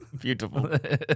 Beautiful